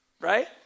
right